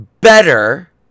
better